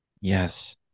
Yes